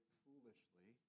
foolishly